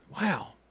Wow